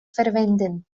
verwenden